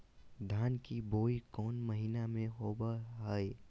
धान की बोई कौन महीना में होबो हाय?